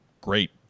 great